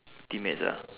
teammates ah